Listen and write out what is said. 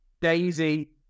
Daisy